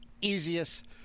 easiest